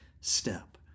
step